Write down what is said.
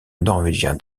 norvégien